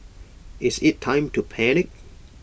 is IT time to panic